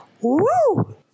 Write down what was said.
Woo